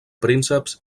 prínceps